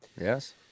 Yes